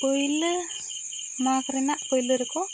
ᱯᱩᱭᱞᱟᱹ ᱢᱟᱜᱽ ᱨᱮᱱᱟᱜ ᱯᱩᱭᱞᱟᱹ ᱨᱮᱠᱚ